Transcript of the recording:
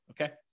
Okay